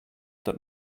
that